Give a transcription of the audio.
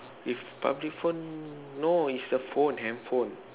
with public phone no is your phone handphone